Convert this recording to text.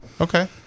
Okay